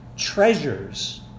treasures